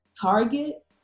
Target